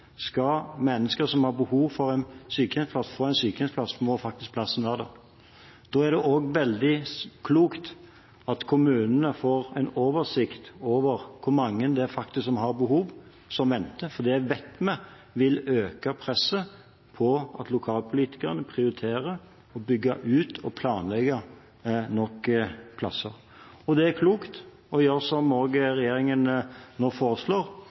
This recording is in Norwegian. Skal mennesker som har behov for en sykehjemsplass, få en sykehjemsplass, må faktisk plassen være der. Da er det også veldig klokt at kommunene får en oversikt over hvor mange det er som faktisk har et behov, som venter, for det vet vi vil øke presset på at lokalpolitikerne prioriterer å bygge ut og planlegge nok plasser. Det er klokt å gjøre som regjeringen nå foreslår: